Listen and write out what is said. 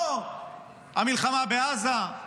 לא המלחמה בעזה,